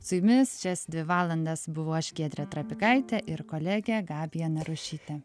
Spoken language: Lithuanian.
su jumis šias dvi valandas buvau aš giedrė trapikaitė ir kolegė gabija narušytė